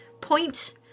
point